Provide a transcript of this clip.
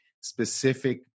specific